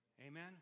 Amen